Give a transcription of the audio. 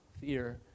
fear